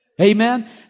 amen